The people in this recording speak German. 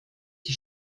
die